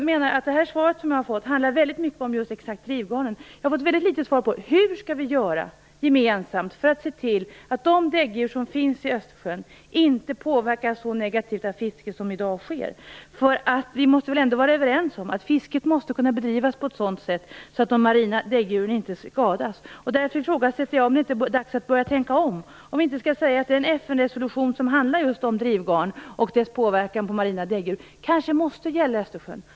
Det svar jag har fått handlar väldigt mycket om just drivgarnen, men jag har fått väldigt litet svar på hur vi skall göra för att gemensamt se till att de däggdjur som finns i Östersjön inte påverkas så negativt av fisket som i dag. Vi måste väl ändå vara överens om att fisket måste kunna bedrivas på ett sådant sätt att de marina däggdjuren inte skadas. Därför undrar jag om det inte är dags att börja tänka om. Kanske måste den FN-resolution som handlar om drivgarn och deras påverkan på marina däggdjur gälla Östersjön.